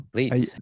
Please